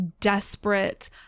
desperate